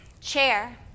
chair